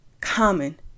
common